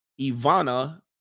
Ivana